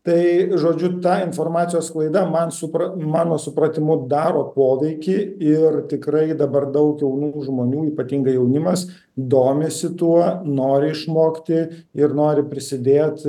tai žodžiu ta informacijos sklaida man supra mano supratimu daro poveikį ir tikrai dabar daug jaunų žmonių ypatingai jaunimas domisi tuo nori išmokti ir nori prisidėt